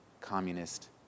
communist